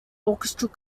orchestral